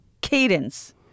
Cadence